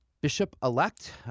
Bishop-elect